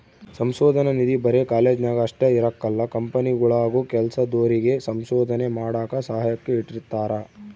ಸಂಶೋಧನಾ ನಿಧಿ ಬರೆ ಕಾಲೇಜ್ನಾಗ ಅಷ್ಟೇ ಇರಕಲ್ಲ ಕಂಪನಿಗುಳಾಗೂ ಕೆಲ್ಸದೋರಿಗೆ ಸಂಶೋಧನೆ ಮಾಡಾಕ ಸಹಾಯಕ್ಕ ಇಟ್ಟಿರ್ತಾರ